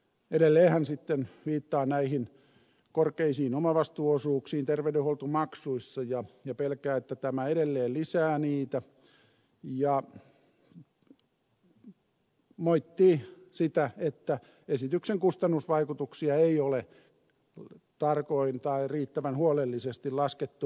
edelleen hän sitten viittaa näihin korkeisiin omavastuuosuuksiin terveydenhuoltomaksuissa ja pelkää että tämä edelleen lisää niitä ja moittii sitä että esityksen kustannusvaikutuksia ei ole tarkoin tai riittävän huolellisesti laskettu etukäteen